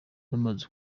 bamaze